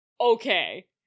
okay